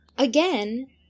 Again